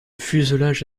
fuselage